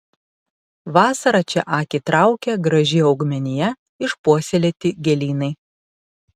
vasarą čia akį traukia graži augmenija išpuoselėti gėlynai